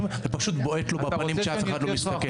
ופשוט בועט לו בפנים כשאף אחד לא מסתכל.